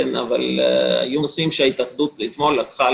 אבל היו נושאים שהתאחדות לקחה אתמול